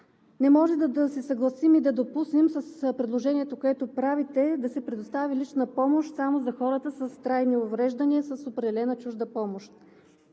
Не може да се съгласим и да допуснем с предложението, което правите, да се предостави лична помощ само за хората с трайни увреждания, с определена чужда помощ.